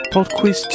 Podquiz